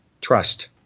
trust